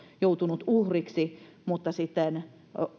joutunut uhriksi mutta sitten